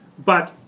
but,